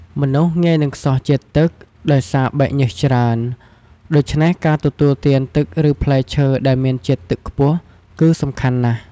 មនុស្សងាយនឹងខ្សោះជាតិទឹក ដោយសារបែកញើសច្រើន ដូច្នេះការទទួលទានទឹកឬផ្លែឈើដែលមានជាតិទឹកខ្ពស់គឺសំខាន់ណាស់។